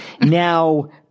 Now